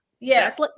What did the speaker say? Yes